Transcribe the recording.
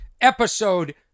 Episode